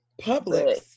Public